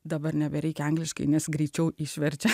dabar nebereikia angliškai nes greičiau išverčia